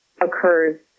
occurs